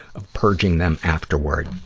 of purging them afterward.